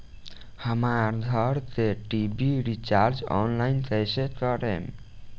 हमार घर के टी.वी रीचार्ज ऑनलाइन कैसे करेम?